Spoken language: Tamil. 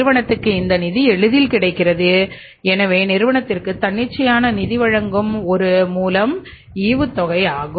நிறுவனத்திற்கு இந்த நிதி எளிதில் கிடைக்கிறது எனவே நிறுவனத்திற்கு தன்னிச்சையான நிதி வழங்கும் ஒரு மூலம் ஈவுத்தொகை ஆகும்